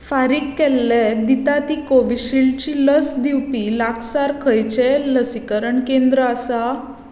फारीक केल्लें दिता ती कोविशिल्डची लस दिवपी लागसार खंयचेंय लसीकरण केंद्र आसा